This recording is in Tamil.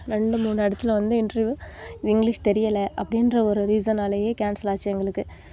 ரெண்டு மூணு இடத்துல வந்து இன்டெர்வியூ இங்கிலிஷ் தெரியலை அப்படின்ற ஒரு ரீசனாலயே கேன்சல் ஆச்சு எங்களுக்கு